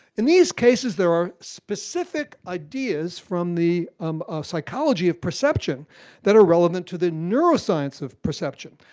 in these cases there are specific ideas from the um ah psychology of perception that are relevant to the neuroscience of perception.